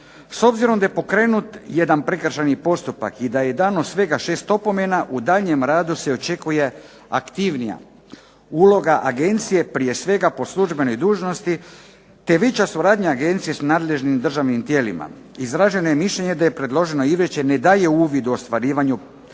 S obzirom da je pokrenut jedan prekršajni postupak i da je dano svega 6 opomena u daljnjem radu se očekuje aktivnija uloga agencije, prije svega po službenoj dužnosti, te veća suradnja agencije sa nadležnim državnim tijelima. Izraženo je mišljenje da je predloženo izvješće ne daje uvod u ostvarivanju programskih